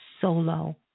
solo